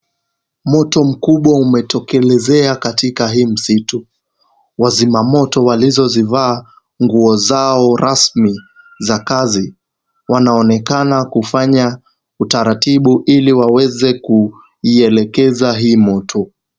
Moto mkubwa umetokelezea katika hii msitu. Wazimamoto walizozivaa nguo zao rasmi za kazi wanaonekana kufanya utaratibu ili waweze kuielekeza hii moto.